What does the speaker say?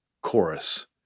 chorus